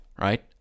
right